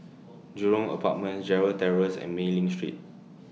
Jurong Apartments Gerald Terrace and Mei Ling Street